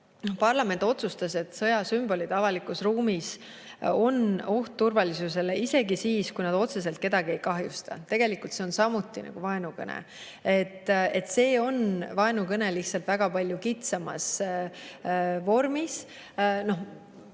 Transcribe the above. parlament otsustas, et sõjasümbolid avalikus ruumis on oht turvalisusele isegi siis, kui need otseselt kedagi ei kahjusta. Tegelikult see on samuti nagu vaenukõne – see on vaenukõne, aga lihtsalt väga palju kitsamas vormis.